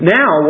now